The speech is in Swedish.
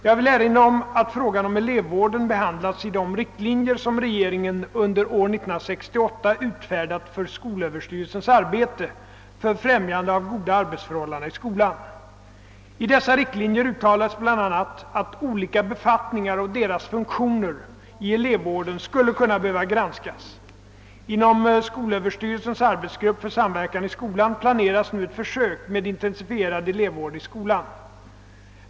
Jag vill erinra om att frågan om elevvården behandlas i de riktlinjer som regeringen under år 1968 utfärdat för skolöverstyrelsens arbete för främjande av goda arbetsförhållanden i skolan. I dessa riktlinjer uttalades bl.a. att olika befattningar och deras funktioner i elevvården skulle kunna behöva granskas. Inom skolöverstyrelsens arbetsgrupp för samverkan i skolan planeras nu ett försök med intensifierad elevvård i skolan.